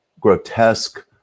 grotesque